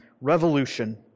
revolution